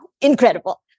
incredible